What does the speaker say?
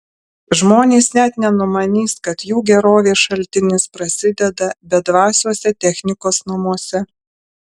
žmonės net nenumanys kad jų gerovės šaltinis prasideda bedvasiuose technikos namuose